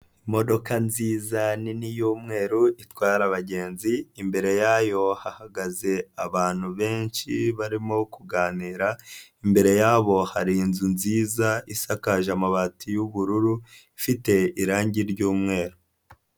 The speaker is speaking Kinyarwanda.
Imodoka nziza nini y'umweru itwara abagenzi imbere yayo hahagaze abantu benshi barimo kuganira, imbere yabo hari inzu nziza isakaje amabati y'ubururu ifite irangi ry'umweru.